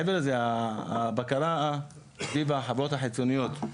מעבר לזה, הבקרה סביב החברות החיצוניות,